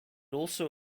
also